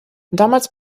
damals